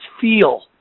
feel